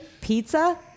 pizza